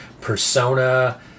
persona